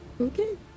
Okay